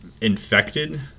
infected